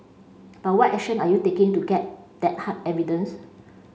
but what action are you taking to get that hard evidence